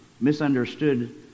misunderstood